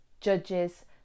judges